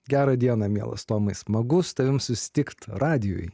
gerą dieną mielas tomai smagu su tavim susitikt radijuj